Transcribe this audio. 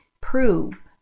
prove